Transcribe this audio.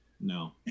No